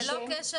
ללא קשר,